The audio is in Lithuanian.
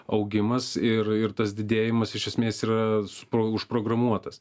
augimas ir ir tas didėjimas iš esmės yra spro užprogramuotas